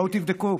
בואו תבדקו,